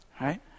right